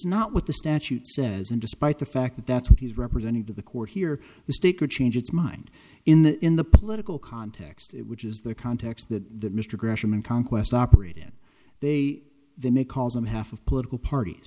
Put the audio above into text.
not what the statute says and despite the fact that that's what he's represented to the court here the stake or change its mind in the in the political context which is the context that mr gresham and conquest operate in they they may call them half of political parties